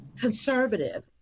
Conservative